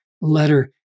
letter